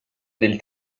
del